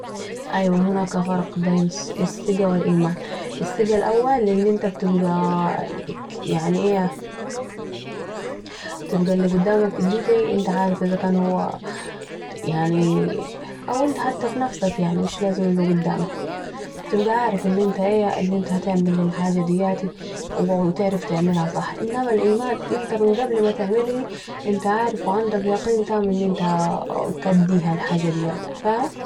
أيوة هناك فرق بين الثقه و الايمان ، الثقه الأول أنت بتبقي يعني إيه ؟ الي قدامك ديتي أو أنت حتى في نفسك سيبك من الي قدامك ، بتبقي عارف أن أنت هتعمل الحاجة دياتي و هتعملها صح ، انما الايمان أنت من قبل ما تعملها أنت عارف و عندم يقين تام أن أنت كديها الحاجة دياتي فاهم؟